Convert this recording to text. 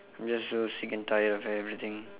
I'm just so sick and tired of everything